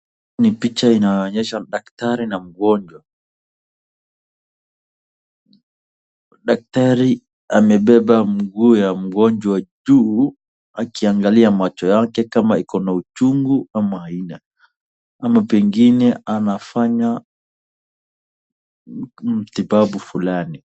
Ni picha inaonyesha daktari na mgonjwa. Daktari amebeba mguu ya mgonjwa juu akiangalia macho yake kama ikona uchungu ama haina. Ama pengine anafanya matibabu fulani.